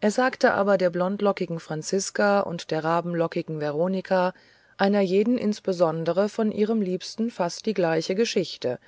er sagte aber der blondlockigen franziska und der rabenlockigen veronika einer jeden insbesondere von ihrem liebsten fast die gleiche geschichte